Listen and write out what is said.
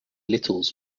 littles